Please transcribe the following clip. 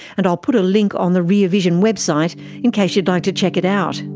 and i'll put a link on the rear vision website in case you'd like to check it out.